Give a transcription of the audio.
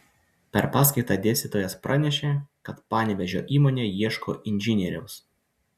per paskaitą dėstytojas pranešė kad panevėžio įmonė ieško inžinieriaus